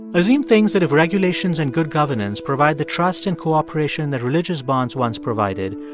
azim thinks that if regulations and good governance provide the trust and cooperation that religious bonds once provided,